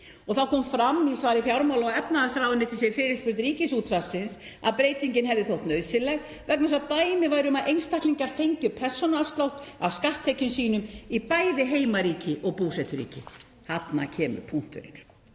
Það kom fram í svari fjármála- og efnahagsráðuneytis við fyrirspurn Ríkisútvarpsins að breytingin hefði þótt nauðsynleg vegna þess að dæmi væru um að einstaklingar fengju persónuafslátt af skatttekjum sínum í bæði heimaríki og búseturíki og þarna kemur punkturinn.